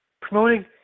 promoting